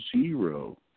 zero